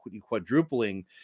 quadrupling